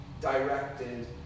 directed